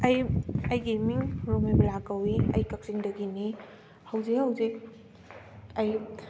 ꯑꯩ ꯑꯩꯒꯤ ꯏꯃꯤꯡ ꯔꯣꯃꯤꯕꯂꯥ ꯀꯧꯏ ꯑꯩ ꯀꯛꯆꯤꯡꯗꯒꯤꯅꯤ ꯍꯧꯖꯤꯛ ꯍꯧꯖꯤꯛ ꯑꯩ